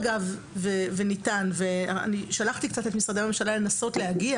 אני שלחתי את משרדי הממשלה לנסות ולהגיע